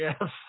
Yes